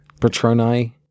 Patroni